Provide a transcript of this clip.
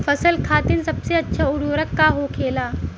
फसल खातीन सबसे अच्छा उर्वरक का होखेला?